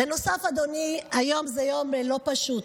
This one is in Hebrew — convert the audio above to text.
בנוסף, אדוני, היום זה יום לא פשוט.